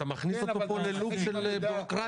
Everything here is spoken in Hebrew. אתה מכניס אותו פה ללופ של בירוקרטיה.